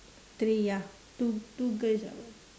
three ya two two girls ah what